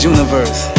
Universe